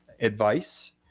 advice